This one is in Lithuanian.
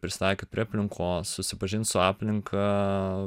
prisitaikyt prie aplinkos susipažint su aplinka